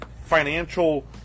financial